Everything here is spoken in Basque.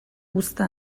uzta